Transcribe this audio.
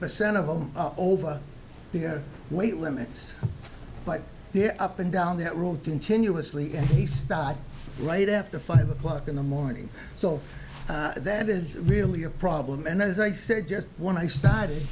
percent of them over here weight limits but they're up and down that road continuously and he stopped right after five o'clock in the morning so that is really a problem and as i said just when i started